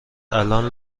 الان